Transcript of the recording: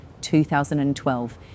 2012